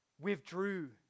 withdrew